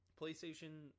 PlayStation